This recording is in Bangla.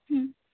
হুম